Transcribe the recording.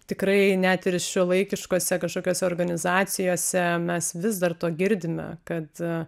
tikrai net ir šiuolaikiškose kažkokiose organizacijose mes vis dar to girdime kad